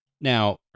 Now